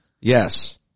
Yes